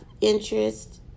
interest